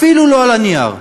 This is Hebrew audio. אפילו לא על הנייר,